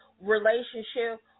relationship